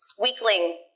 weakling